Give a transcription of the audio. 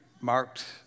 marked